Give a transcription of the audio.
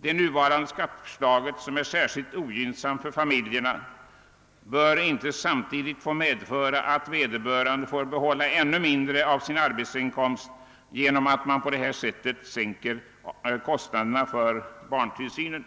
Det nu föreliggan de skatteförslaget, som är särskilt ogynnsamt för familjerna, bör inte samtidigt få medföra att vederbörande får behålla ännu mindre del av sin arbetsinkomst genom att man på detta sätt ändrar avdraget för barntillsynen.